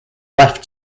left